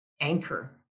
anchor